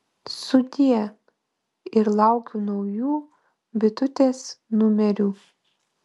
sudie ir laukiu naujų bitutės numerių